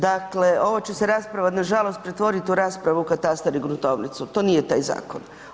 Dakle ova će se rasprava nažalost pretvoriti u raspravu o katastru i gruntovnicu, to nije taj zakon.